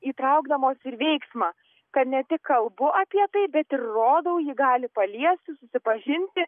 įtraukdamos ir veiksmą kad ne tik kalbu apie tai bet ir rodau ji gali paliesti susipažinti